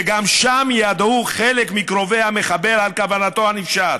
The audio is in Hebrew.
וגם שם ידעו חלק מקרובי המחבל על כוונתו הנפשעת,